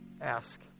ask